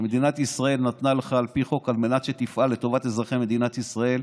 שמדינת ישראל נתנה לך על פי חוק על מנת שתפעל לטובת אזרחי מדינת ישראל,